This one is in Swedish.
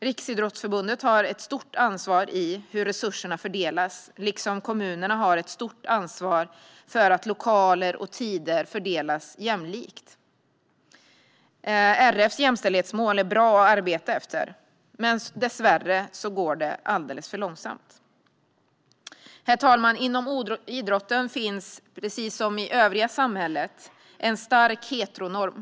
Riksidrottsförbundet har ett stort ansvar i hur resurserna fördelas, liksom kommunerna har ett stort ansvar för att lokaler och tider fördelas jämlikt. RF:s jämställdhetsmål är bra att arbeta efter, men dessvärre går det alldeles för långsamt. Herr talman! Inom idrotten liksom i övriga samhället finns det en stark heteronorm.